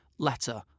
Letter